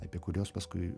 apie kuriuos paskui